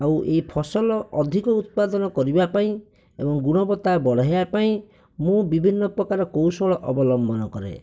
ଆଉ ଏହି ଫସଲ ଅଧିକ ଉତ୍ପାଦନ କରିବା ପାଇଁ ଏବଂ ଗୁଣବତ୍ତା ବଢେଇବା ପାଇଁ ମୁଁ ବିଭିନ୍ନ ପ୍ରକାର କୌଶଳ ଅବଲମ୍ବନ କରେ